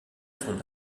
son